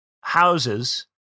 houses